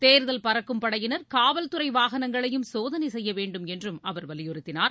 தேர்தல் பறக்கும் படையினர் காவல்துறை வாகனங்களையும் சோதனை செய்யவேண்டும் என்றும் அவர் வலியுறுத்தினார்